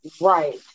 Right